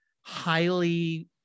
highly